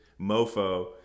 mofo